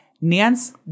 Nance